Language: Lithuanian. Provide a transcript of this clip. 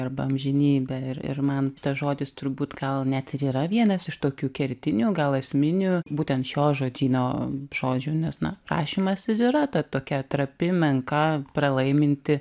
arba amžinybė ir ir man tas žodis turbūt gal net ir yra vienas iš tokių kertinių gal esminių būtent šio žodyno žodžių nes na rašymas ir yra ta tokia trapi menka pralaiminti